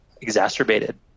exacerbated